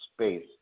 space